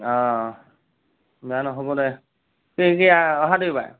অ বেয়া নহ'ব দে কেতিয়া অহা দেওবাৰে